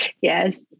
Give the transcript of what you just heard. Yes